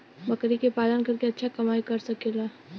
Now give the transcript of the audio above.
बकरी के पालन करके अच्छा कमाई कर सकीं ला?